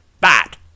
Bad